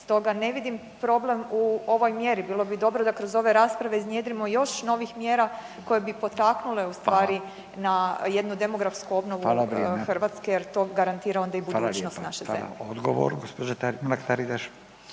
stoga ne vidim problem u ovoj mjeri, bilo bi dobro da kroz ove rasprave iznjedrimo još novih mjera koje bi potaknule ustvari na jednu demografsku obnovu Hrvatske jer to garantira onda i budućnost naše zemlje. **Radin, Furio (Nezavisni)** Hvala.